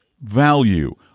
value